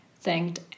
thanked